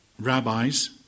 rabbis